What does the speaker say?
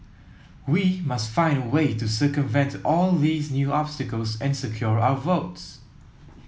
we must find a way to circumvent all these new obstacles and secure our votes